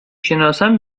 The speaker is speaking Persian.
شناسم